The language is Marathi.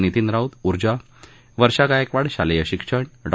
नितीन राऊत उर्जा वर्षा गायकवाड शालेय शिक्षण डॉ